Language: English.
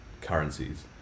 currencies